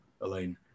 Elaine